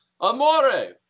amore